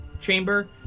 chamber